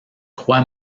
croix